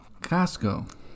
Costco